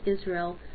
Israel